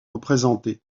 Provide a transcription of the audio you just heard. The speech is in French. représentées